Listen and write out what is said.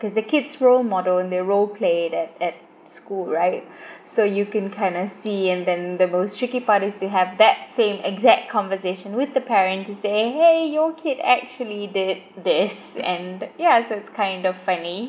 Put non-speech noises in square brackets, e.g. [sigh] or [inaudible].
cause the kids role model and they role played at at school right [breath] so you can kind of see and then the most tricky part is to have that same exact conversation with the parent to say !hey! your kid actually did this and yeah that’s kind of funny